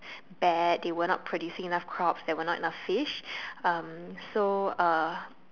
bad they were not producing enough crops there were not enough fish um so uh